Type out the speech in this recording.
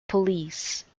police